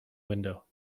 window